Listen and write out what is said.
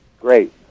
Great